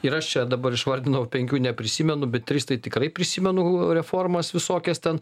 ir aš čia dabar išvardinau penkių neprisimenu bet tris tai tikrai prisimenu reformas visokias ten